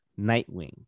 Nightwing